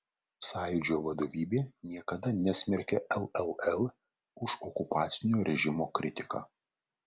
sąjūdžio vadovybė niekada nesmerkė lll už okupacinio režimo kritiką